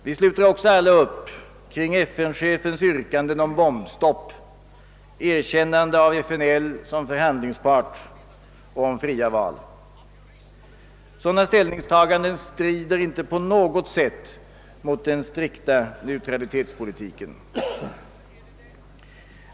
Vi sluter också alla upp kring FN-chefens yrkanden om bombstopp, erkännande av FNL som förhandlingspart och om fria val. Sådana ställningstaganden strider inte på något sätt mot den strikta neutralitetspolitiken.